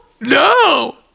No